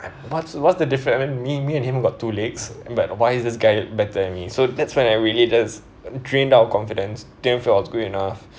what's what's the different I mean me me and him got two legs but why is this guy better than me so that's when I really does drained our confidence didn't feel I was good enough